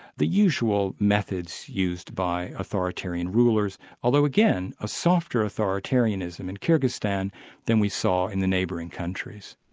the usual methods used by authoritarian rulers, although again, a softer authoritarianism in kyrgyzstan than we saw in the neighbouring countries.